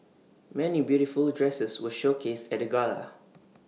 many beautiful dresses were showcased at the gala